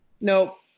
Nope